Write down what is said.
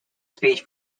speech